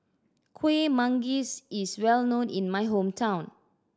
Kueh Manggis is well known in my hometown